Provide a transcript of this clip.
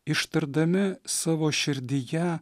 ištardami savo širdyje